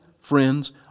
friends